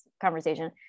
conversation